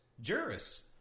jurists